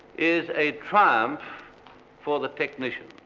is a triumph um for the technicians.